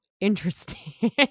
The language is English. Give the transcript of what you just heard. interesting